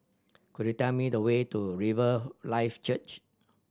could you tell me the way to Riverlife Church